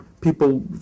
people